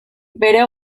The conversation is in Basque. bere